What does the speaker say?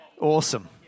awesome